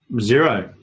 Zero